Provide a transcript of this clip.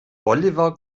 oliver